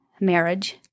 marriage